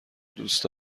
دوست